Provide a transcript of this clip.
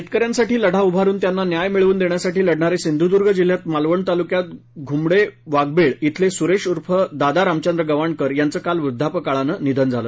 शेतकऱ्यांसाठी लढा उभारून त्यांना न्याय मिळवन देण्यासाठी लढणारे सिंधूर्दर्ग जिल्ह्यात मालवण तालुक्यात घुमडे वाघबीळ अले सुरेश उर्फ दादा रामचंद्र गवाणकर यांच काल वृद्धापकाळान निधन झालं